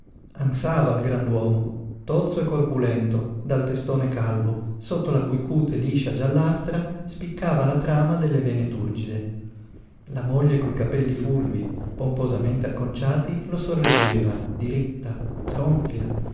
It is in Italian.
ansava il grand'uomo tozzo e corpulento dal testone calvo sotto la cui cute liscia giallastra spiccava la trama delle vene turgide la moglie coi capelli fulvi pomposamente acconciati lo sorreggeva diritta tronfia